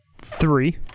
three